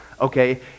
okay